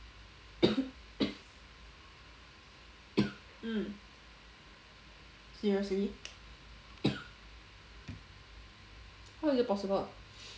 mm seriously how is that possible